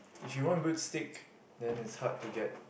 if you want good steak then it's hard to get